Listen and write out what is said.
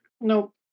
Nope